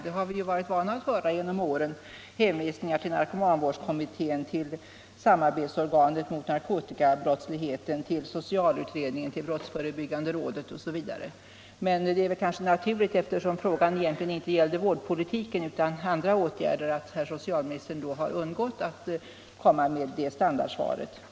Vi har varit vana genom åren att få hänvisningar till socialstyrelsens narkomanvårdskommitté, samarbetsorganet för bekämpande av narkotikamissbruk, socialutredningen, brottsförebyggande rådet osv. Men eftersom frågan egentligen inte gällde vårdpolitiken utan andra åtgärder är det kanske naturligt att herr socialministern har undvikit att komma med det standardsvaret.